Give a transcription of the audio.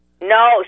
No